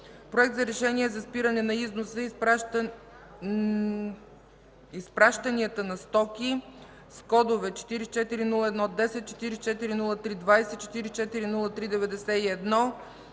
Проект за решение за спиране на износа и изпращанията на стоки с кодове 440110, 440320, 440391,